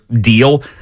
deal